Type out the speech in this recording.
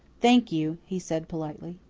thank you, he said politely.